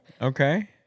Okay